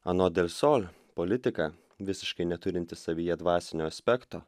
anot del sol politika visiškai neturinti savyje dvasinio aspekto